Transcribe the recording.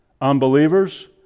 unbelievers